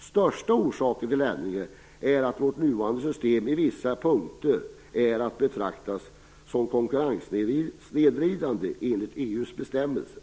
Största orsaken till ändringen är att vårt nuvarande system på vissa punkter är att betrakta som konkurrenssnedvridande enligt EU:s bestämmelser.